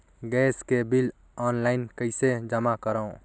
Gas के bill online कइसे जमा करव?